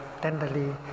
tenderly